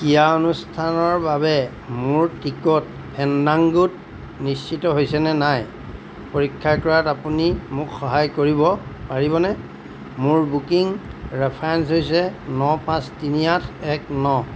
ক্ৰীড়া অনুষ্ঠানৰ বাবে মোৰ টিকট ফেণ্ডাংগোত নিশ্চিত হৈছে নে নাই পৰীক্ষা কৰাত আপুনি মোক সহায় কৰিব পাৰিবনে মোৰ বুকিং ৰেফাৰেঞ্চ হৈছে ন পাঁচ তিনি আঠ এক ন